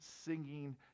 singing